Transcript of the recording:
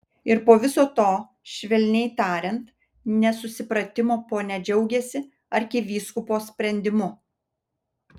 ir po viso to švelniai tariant nesusipratimo ponia džiaugiasi arkivyskupo sprendimu